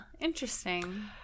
interesting